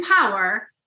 power